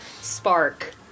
spark